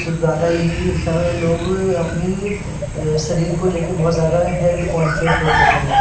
कुछ ज़्यादा ही समय में लोग अपनी शरीर को लेकर बहुत ज़्यादा हेल्थ कॉन्शियस हो चुके हैं